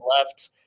left